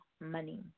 Money